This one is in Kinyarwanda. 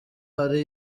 hari